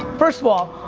first of all,